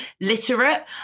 literate